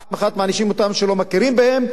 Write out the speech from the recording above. פעם אחת מענישים אותם שלא מכירים בהם,